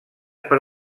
per